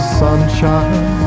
sunshine